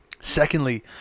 Secondly